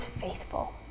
faithful